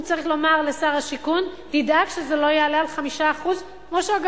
הוא צריך לומר לשר השיכון: תדאג שזה לא יעלה על 5% אגב,